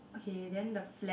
okay then the flag